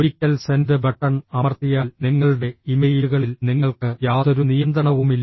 ഒരിക്കൽ send button അമർത്തിയാൽ നിങ്ങളുടെ ഇമെയിലുകളിൽ നിങ്ങൾക്ക് യാതൊരു നിയന്ത്രണവുമില്ല